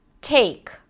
take